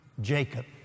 Jacob